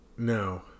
No